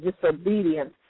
disobedience